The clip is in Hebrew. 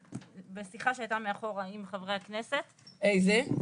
שבשיחה שהייתה מאחור עם חברי הכנסת -- איזה?